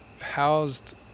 housed